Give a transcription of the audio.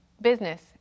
business